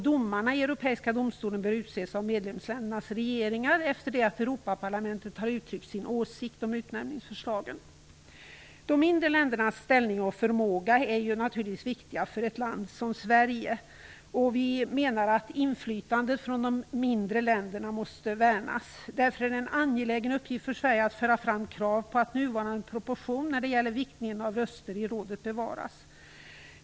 Domarna i Europeiska gemenskapernas domstol bör utses av medlemsländernas regeringar efter det att Europaparlamentet har uttryckt sin åsikt om utnämningsförslagen. De mindre ländernas ställning och förmåga är naturligtvis viktiga för ett land som Sverige. Vi menar att inflytandet från de mindre länderna måste värnas. Det är därför en angelägen uppgift för Sverige att föra fram krav på att nuvarande proportion för viktningen av röster i rådet bevaras.